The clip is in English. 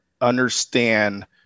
understand